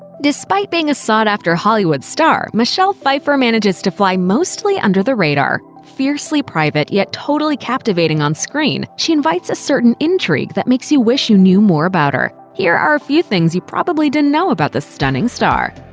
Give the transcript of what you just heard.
despite being a sought-after hollywood star, michelle pfeiffer manages to fly mostly under the radar. fiercely private, yet totally captivating onscreen, she invites a certain intrigue that makes you wish you knew more about her. here are a few things you probably didn't know about the stunning star.